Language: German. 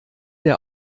der